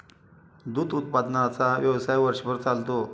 दूध उत्पादनाचा व्यवसाय वर्षभर चालतो